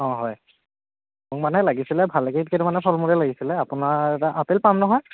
অঁ হয় মোক মানে লাগিছিলে ভালেইকেইটামানেই ফল মূলেই লাগিছিলে আপোনাৰ তাত আপেল পাম নহয়